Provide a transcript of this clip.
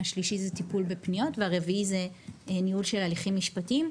השלישי הוא טיפול בפניות והרביעי הוא ניהול הליכים משפטיים,